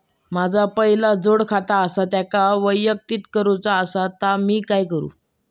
माझा पहिला जोडखाता आसा त्याका वैयक्तिक करूचा असा ता मी कसा करू?